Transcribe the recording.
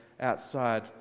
outside